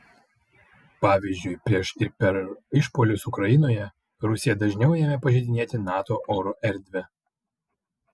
pavyzdžiui prieš ir per išpuolius ukrainoje rusija dažniau ėmė pažeidinėti nato oro erdvę